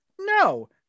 No